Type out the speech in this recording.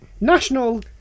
National